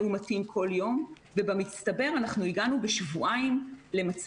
זה נכון ולכן המתווה שהותווה היה נכון לעשות הפרדה ביניהם.